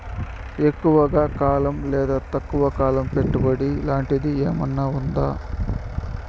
ఎక్కువగా కాలం లేదా తక్కువ కాలం పెట్టుబడి లాంటిది ఏమన్నా ఉందా